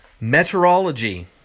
Meteorology